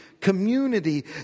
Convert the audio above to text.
community